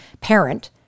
parent